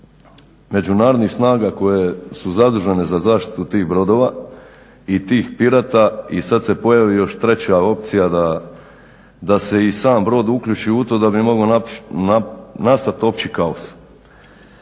međunarodnih snaga koje su zadužene za zaštitu tih brodova i tih pirata i sad se pojavi još treća opcija da se i sam brod uključi u to da bi mogao nastati opći kaos.